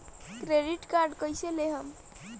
Credit card कईसे लेहम?